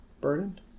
burdened